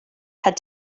had